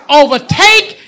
overtake